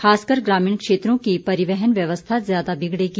खासकर ग्रामीण क्षेत्रों की परिवहन व्यवस्था ज्यादा बिगड़ेगी